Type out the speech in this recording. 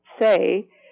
say